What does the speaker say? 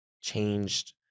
changed